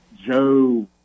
Joe